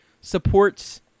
supports